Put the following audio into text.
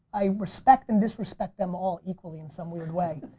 i respect and disrespect them all equally in some weird way.